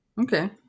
Okay